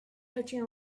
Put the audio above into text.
touching